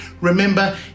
Remember